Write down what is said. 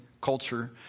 culture